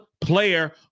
player